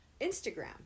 Instagram